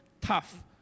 tough